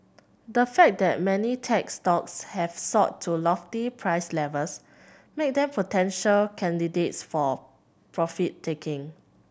the fact that many tech stocks have soared to lofty price levels make them potential candidates for profit taking